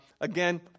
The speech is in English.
again